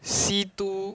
C two